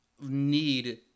need